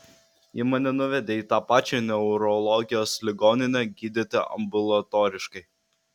ji mane nuvedė į tą pačią neurologijos ligoninę gydyti ambulatoriškai